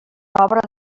obra